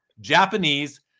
Japanese